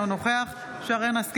אינו נוכח שרן מרים השכל,